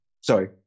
Sorry